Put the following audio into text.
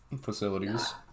facilities